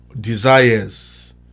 desires